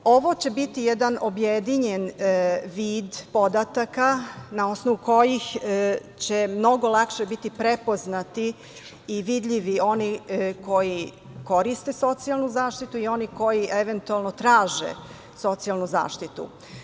Ovo će biti jedan objedinjen vid podataka na osnovu kojih će mnogo lakše biti prepoznati i vidljivi oni koji koriste socijalnu zaštitu i oni koji eventualno traže socijalnu zaštitu.